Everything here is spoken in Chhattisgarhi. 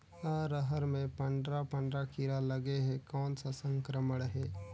अरहर मे पंडरा पंडरा कीरा लगे हे कौन सा संक्रमण हे?